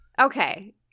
okay